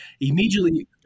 Immediately